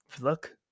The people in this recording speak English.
Look